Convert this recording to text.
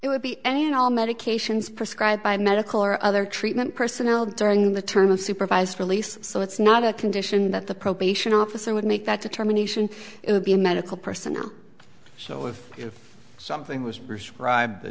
it would be any and all medications prescribed by medical or other treatment personnel during the term of supervised release so it's not a condition that the probation officer would make that determination it would be a medical personnel so if something was prescribed th